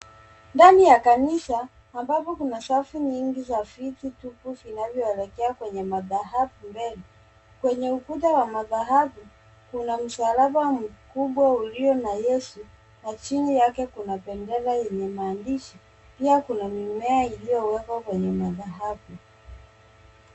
Ndani ya kanisa ambapo kuna safu nyingi za viti tupu, vinavyoelekea kwenye madhabahu mbele. Kwenye ukuta wa madhabahu kuna msalaba mkubwa uliyo na Yesu na chini yake kuna bendera yenye maandishi. Pia kuna mimea iliyowekwa kwenye madhabahu.